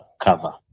cover